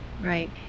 Right